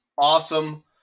awesome